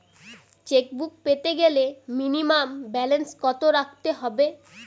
Chequebook পেতে গেলে minimum balance কত রাখতে হবে?